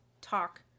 talk